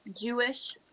Jewish